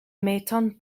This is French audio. m’étonne